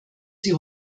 sie